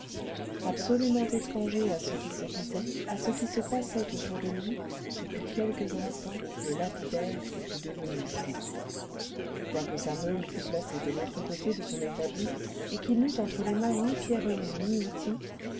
absolument étranger à ce qui se disait à ce qui se passait autour de lui depuis quelques instants le lapidaire était devenu fou quoique sa meule fût placée de l'autre côté de son établi et qu'il n'eût entre les mains ni pierreries ni outils